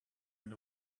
and